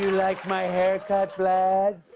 like my haircut, vlad?